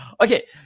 Okay